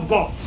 God